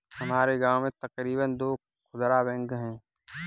हमारे गांव में तकरीबन दो खुदरा बैंक है